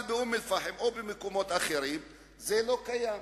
אבל באום-אל-פחם או במקומות אחרים זה לא קיים,